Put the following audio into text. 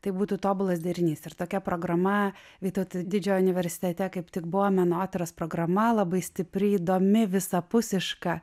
tai būtų tobulas derinys ir tokia programa vytauto didžiojo universitete kaip tik buvo menotyros programa labai stipri įdomi visapusiška